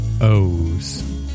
o's